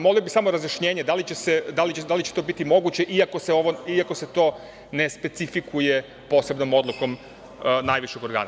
Molio bih samo razjašnjenje, da li će to biti moguće iako se to nespecifikuje posebnom odlukom najvećeg organa.